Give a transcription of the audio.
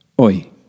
oi